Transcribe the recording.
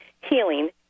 healing